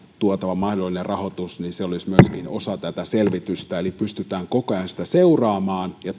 tuotava mahdollinen rahoitus olisi osa tätä selvitystä eli pystytään koko ajan sitä seuraamaan ja